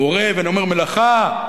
מורה, ואני אומר: מלאכה.